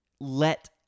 let